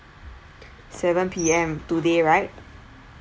seven P_M today right